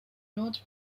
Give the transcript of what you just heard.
lord